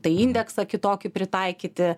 tą indeksą kitokį pritaikyti